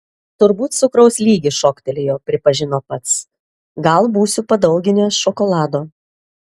turbūt cukraus lygis šoktelėjo pripažino pats gal būsiu padauginęs šokolado